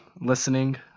listening